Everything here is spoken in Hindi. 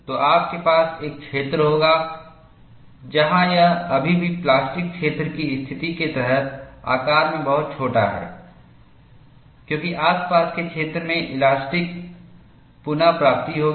तो आपके पास एक क्षेत्र होगा जहाँ यह अभी भी प्लास्टिक क्षेत्र की स्थिति के तहत आकार में बहुत छोटा है क्योंकि आसपास के क्षेत्र में इलास्टिक पुनः प्राप्ति होगी